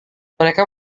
mereka